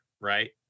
right